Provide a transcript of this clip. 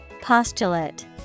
Postulate